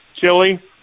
chili